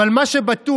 אבל מה שבטוח,